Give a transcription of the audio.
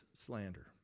slander